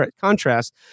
contrast